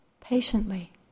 patiently